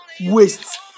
waste